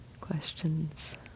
Questions